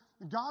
God